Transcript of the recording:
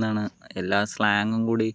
എന്താണ് എല്ലാ സ്ലാങ്ങും കൂടി